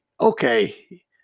okay